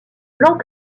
blanc